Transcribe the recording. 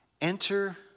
enter